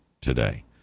today